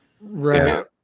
Right